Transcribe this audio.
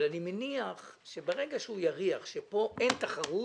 אבל אני מניח שברגע שהוא יריח שפה אין תחרות